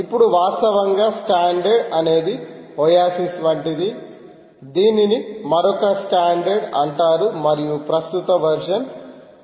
ఇప్పుడు వాస్తవంగా స్టాండర్డ్ అనేది ఒయాసిస్ వంటిది దీనిని మరొక స్టాండర్డ్ అంటారు మరియు ప్రస్తుత వెర్షన్ MQTT 3